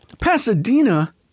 Pasadena